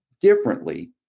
differently